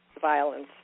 violence